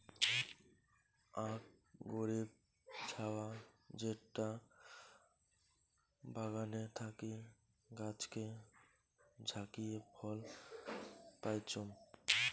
আক গরীব ছাওয়া যেটা বাগানে থাকি গাছকে ঝাকিয়ে ফল পাইচুঙ